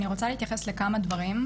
אני רוצה להתייחס לכמה דברים.